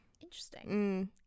Interesting